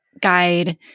guide